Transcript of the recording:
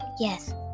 Yes